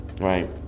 Right